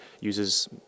uses